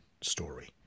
story